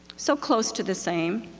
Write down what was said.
so close to the same,